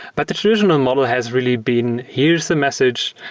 but the traditional model has really been, here's the message,